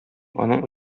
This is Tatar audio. аның